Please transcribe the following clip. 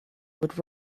would